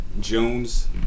Jones